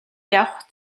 явах